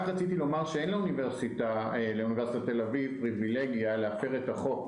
רק רציתי לומר שאין לאוניברסיטת תל אביב פריבילגיה להפר את החוק.